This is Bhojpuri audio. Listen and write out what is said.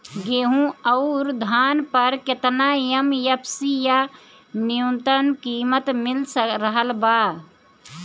गेहूं अउर धान पर केतना एम.एफ.सी या न्यूनतम कीमत मिल रहल बा?